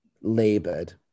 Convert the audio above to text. laboured